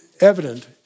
evident